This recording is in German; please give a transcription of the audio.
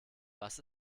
was